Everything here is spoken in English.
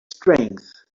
strength